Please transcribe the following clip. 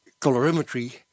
colorimetry